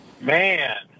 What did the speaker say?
Man